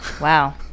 Wow